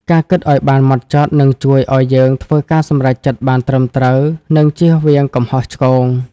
ការគិតឲ្យបានហ្មត់ចត់ នឹងជួយឲ្យយើងធ្វើការសម្រេចចិត្តបានត្រឹមត្រូវ និងជៀសវាងកំហុសឆ្គង។